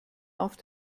auf